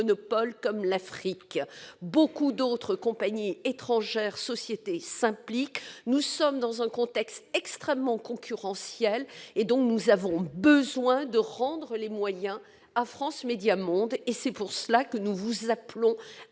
comme l'Afrique. Beaucoup d'autres compagnies et sociétés étrangères s'impliquent. Nous sommes dans un contexte extrêmement concurrentiel et nous avons donc besoin de rendre les moyens à France Médias Monde. C'est la raison pour laquelle nous vous appelons à